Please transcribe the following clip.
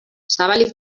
zabalik